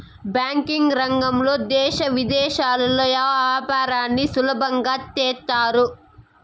banking రంగంలో దేశ విదేశాల్లో యాపారాన్ని సులభంగా చేత్తారు